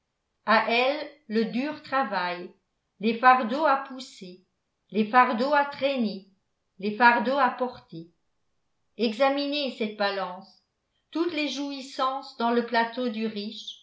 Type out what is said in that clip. à elle le dur travail les fardeaux à pousser les fardeaux à traîner les fardeaux à porter examinez cette balance toutes les jouissances dans le plateau du